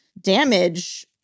damage